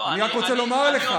אני רק רוצה לומר לך,